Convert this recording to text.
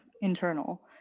internal